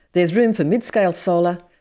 there is room for midscale solar,